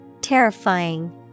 Terrifying